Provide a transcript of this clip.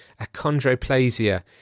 achondroplasia